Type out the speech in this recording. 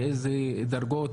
באיזה דרגות,